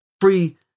free